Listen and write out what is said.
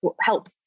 help